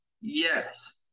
Yes